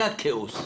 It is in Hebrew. זה הכאוס.